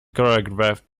choreographed